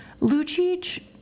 Lucic